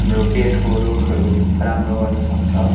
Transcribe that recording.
हाम्रो पेटको रोगहरू राम्रो गर्न सक्छ